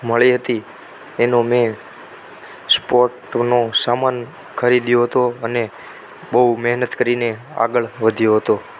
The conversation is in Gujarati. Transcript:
મળી હતી એનું મેં સ્પોર્ટનો સામાન ખરીદ્યો હતો અને બહુ મહેનત કરીને આગળ વધ્યો હતો